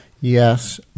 Yes